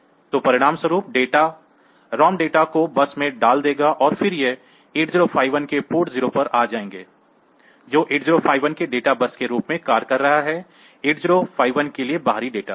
तो परिणामस्वरूप ROM data को बस में डाल देगा और वे फिर से 8051 के पोर्ट 0 पर आ जाएंगे जो 8051 के डेटा बस के रूप में कार्य कर रहा है 8051 के लिए बाहरी डेटा बस